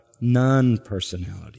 non-personality